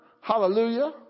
Hallelujah